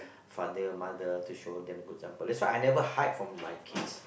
father mother to show them good example that's why I never hide from my kids